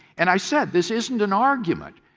and i said this isn't an argument.